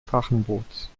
drachenboots